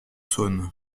saône